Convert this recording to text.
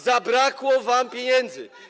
Zabrakło wam pieniędzy.